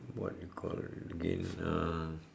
what you call again uh